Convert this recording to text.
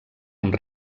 amb